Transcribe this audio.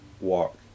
walk